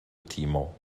timo